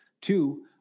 Two